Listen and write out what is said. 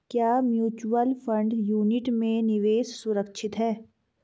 क्या mutual fund unit में निवेश सुरक्षित है?